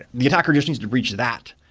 the attacker just needs to breach that.